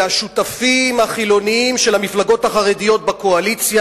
והשותפים החילונים של המפלגות החרדיות בקואליציה